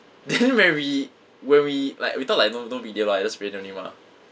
then when we when we like we thought like no no big deal lah just rain only mah